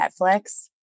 Netflix